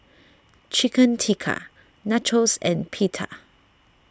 Chicken Tikka Nachos and Pita